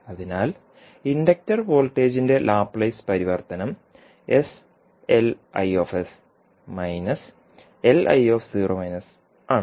അതിനാൽ ഇൻഡക്റ്റർ വോൾട്ടേജിന്റെ ലാപ്ലേസ് പരിവർത്തനം ആണ്